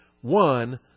one